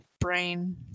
brain